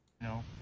No